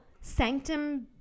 sanctum